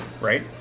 right